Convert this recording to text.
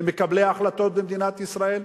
למקבלי ההחלטות במדינת ישראל?